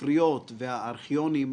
שכמה אנשים בחדר הזה יודעים שאני סוציאליסט.